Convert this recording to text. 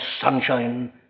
sunshine